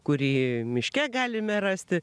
kurį miške galime rasti